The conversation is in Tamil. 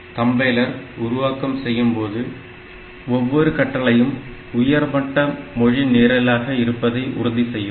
கம்பைலர் உருவாக்கம் செய்யும்போது ஒவ்வொரு கட்டளையும் உயர்மட்ட மொழி நிரல் ஆக இருப்பதை உறுதி செய்யும்